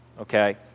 okay